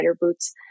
boots